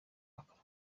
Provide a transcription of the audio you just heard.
akava